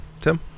Tim